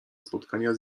spotkania